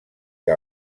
que